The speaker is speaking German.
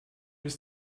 bis